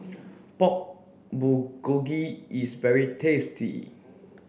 Pork Bulgogi is very tasty